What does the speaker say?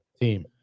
team